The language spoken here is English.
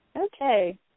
Okay